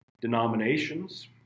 denominations